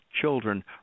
children